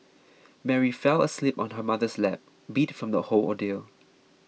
Mary fell asleep on her mother's lap beat from the whole ordeal